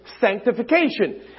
sanctification